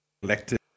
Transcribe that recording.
collected